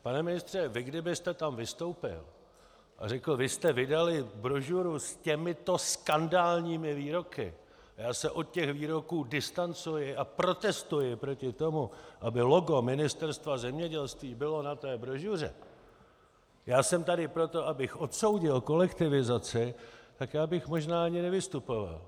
Pane ministře, kdybyste tam vystoupil a řekl: Vy jste vydali brožuru s těmito skandálními výroky, já se od těch výroků distancuji a protestuji proti tomu, aby logo Ministerstva zemědělství bylo na té brožuře, já jsem tady od toho, abych odsoudil kolektivizaci, tak já bych možná ani nevystupoval.